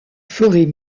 forêt